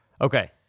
Okay